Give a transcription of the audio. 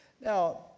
Now